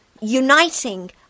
uniting